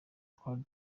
twari